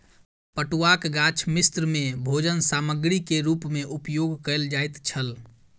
पटुआक गाछ मिस्र में भोजन सामग्री के रूप में उपयोग कयल जाइत छल